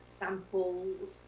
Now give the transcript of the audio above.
samples